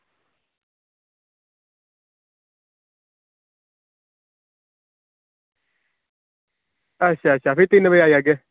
अच्छा अच्छा फ्ही तिन बजे आई जाह्गे